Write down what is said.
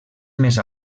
més